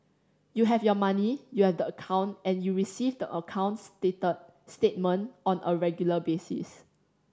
you have your money you have the account and you receive the account statement on a regular basis